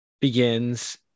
Begins